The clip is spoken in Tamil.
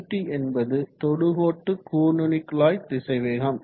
ut என்பது தொடுக்கோட்டு கூர்நுனிக்குழாய் திசைவேகம்